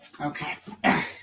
Okay